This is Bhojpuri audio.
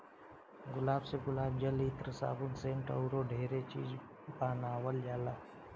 गुलाब से गुलाब जल, इत्र, साबुन, सेंट अऊरो ढेरे चीज बानावल जाला